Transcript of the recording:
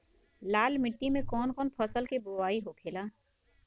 लाल मिट्टी में कौन फसल के बोवाई होखेला?